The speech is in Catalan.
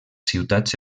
ciutats